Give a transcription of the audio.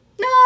No